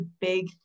big